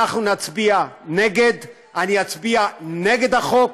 אנחנו נצביע נגד, אני אצביע נגד החוק.